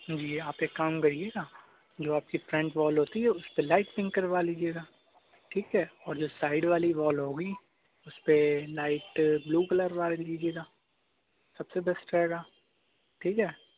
جی آپ ایک کام کریے گا جو آپ کی فرنٹ وال ہوتی ہے اس پہ لائٹ پنک کروا لیجیے گا ٹھیک ہے اور جو سائڈ والی وال ہوگی اس پہ لائٹ بلو کلر کروا لیجیے گا سب سے بیسٹ رہے گا ٹھیک ہے